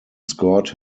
scored